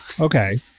Okay